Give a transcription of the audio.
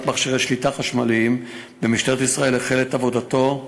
מכשירי שליטה חשמליים במשטרת ישראל החל את עבודתו,